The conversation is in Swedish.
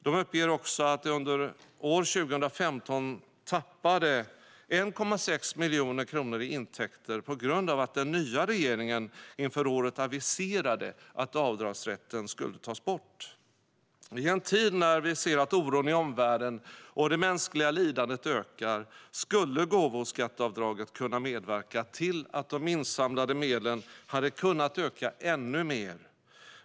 De uppger också att de under år 2015 tappade 1,6 miljoner kronor i intäkter på grund av att den nya regeringen inför året aviserade att avdragsrätten skulle tas bort. I en tid när vi ser att oron i omvärlden och det mänskliga lidandet ökar skulle gåvoskatteavdraget kunna medverka till att de insamlade medlen kunde öka ännu mer.